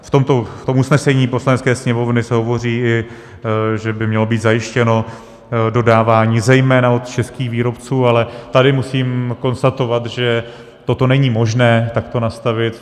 V tom usnesení Poslanecké sněmovny se hovoří, i že by mělo být zajištěno dodávání zejména od českých výrobců, ale tady musím konstatovat, že toto není možné takto nastavit.